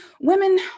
women